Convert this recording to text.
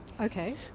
Okay